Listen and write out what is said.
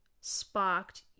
sparked